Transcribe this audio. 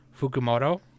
Fukumoto